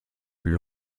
plus